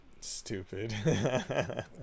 stupid